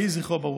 יהי זכרו ברוך.